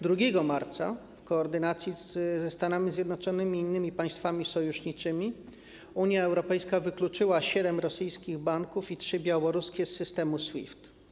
2 marca w koordynacji ze Stanami Zjednoczonymi i innymi państwami sojuszniczymi Unia Europejska wykluczyła siedem rosyjskich banków i trzy białoruskie z systemu SWIFT.